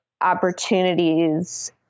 opportunities